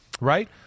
right